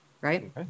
Right